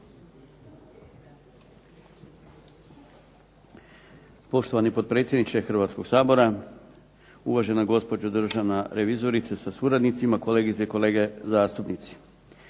Poštovani potpredsjedniče Hrvatskog sabora, uvažena gospođo državna revizorice sa suradnicima, kolegice i kolege zastupnici.